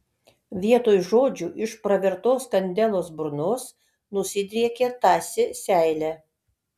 vietoj žodžių iš pravertos kandelos burnos nusidriekė tąsi seilė